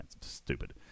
stupid